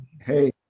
hey